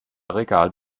regal